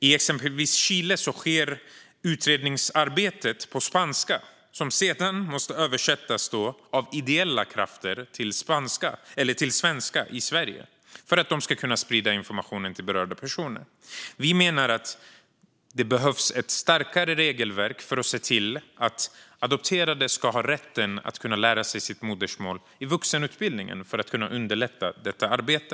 I exempelvis Chile sker utredningsarbetet på spanska, som sedan måste översättas av ideella krafter till svenska så att informationen kan spridas till berörda personer. Vi menar att det behövs ett starkare regelverk för att se till att adopterade ska ha rätten att lära sig sitt modersmål i vuxenutbildningen, för att kunna underlätta detta arbete.